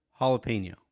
jalapeno